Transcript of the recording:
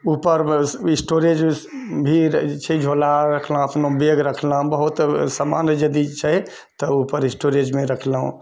उपरमे स्टोरेज भी रहैत छै झोला रखलहुँ अपनो बैग रखलहुँ बहुत सामान यदि छै तऽ उपर स्टोरेजमे रखलहुँ